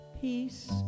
peace